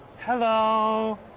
Hello